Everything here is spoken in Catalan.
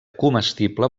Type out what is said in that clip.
comestible